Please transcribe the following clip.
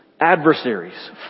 adversaries